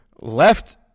left